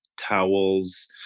towels